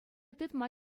тытма